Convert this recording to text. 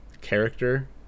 character